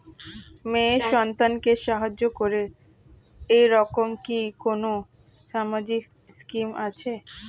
মেয়ে সন্তানকে সাহায্য করে এরকম কি কোনো সামাজিক স্কিম আছে?